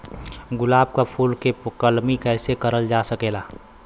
गुलाब क फूल के कलमी कैसे करल जा सकेला?